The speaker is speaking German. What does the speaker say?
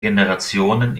generationen